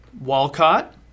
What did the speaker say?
Walcott